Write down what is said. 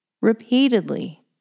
repeatedly